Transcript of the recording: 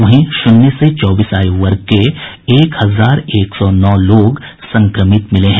वहीं शून्य से चौबीस आयु वर्ग के एक हजार एक सौ नौ लोग संक्रमित मिले हैं